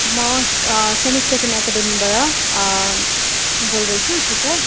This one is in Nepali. म सेन्ट स्टेफेन एकेडमीबाट बोल्दैछु टिचर